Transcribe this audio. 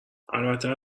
البته